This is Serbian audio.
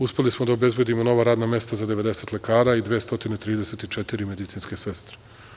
Uspeli smo da obezbedimo nova radna mesta za 90 lekara i 234 medicinske sestre.